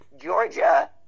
Georgia